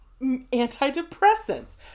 antidepressants